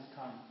come